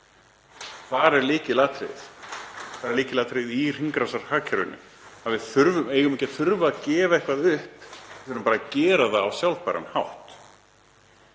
Það er lykilatriðið í hringrásarhagkerfinu. Við eigum ekki að þurfa að gefa eitthvað upp á bátinn, við eigum bara að gera það á sjálfbæran hátt.